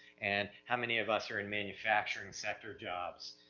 and how many of us are in manufacturing sector jobs,